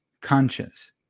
conscious